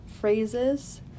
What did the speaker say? phrases